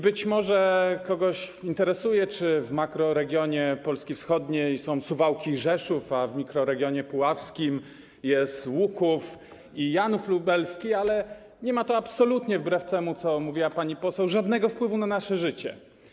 Być może kogoś interesuje, czy w makroregionie Polski wschodniej są Suwałki i Rzeszów, a w mikroregionie puławskim jest Łuków i Janów Lubelski, ale nie ma to absolutnie, wbrew temu, co mówiła pani poseł, żadnego wpływu na nasze życie.